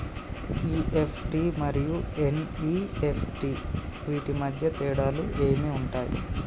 EFT మరియు NEFT వీటి మధ్య తేడాలు ఏమి ఉంటాయి?